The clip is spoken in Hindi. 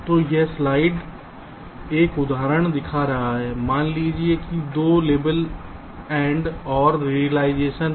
तो यह स्लाइड एक सरल उदाहरण दिखा रहा था मान लीजिए कि 2 लेबल AND OR रिलाइजेशन था